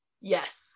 Yes